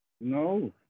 No